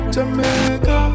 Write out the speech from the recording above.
Jamaica